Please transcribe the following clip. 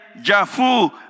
Jafu